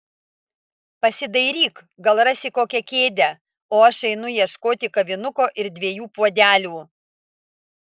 pasidairyk gal rasi kokią kėdę o aš einu ieškoti kavinuko ir dviejų puodelių